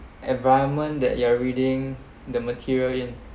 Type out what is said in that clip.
environment that you are reading the material in